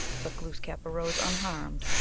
but gloos kap arose unharmed,